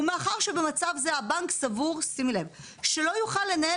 ומאחר שבמצב זה הבנק סבור שלא יוכל לנהל